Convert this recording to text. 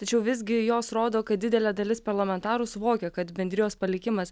tačiau visgi jos rodo kad didelė dalis parlamentarų suvokia kad bendrijos palikimas